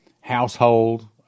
household